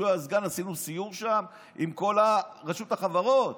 כשהוא היה סגן עשינו סיור שם עם כל רשות החברות.